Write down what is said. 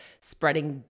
spreading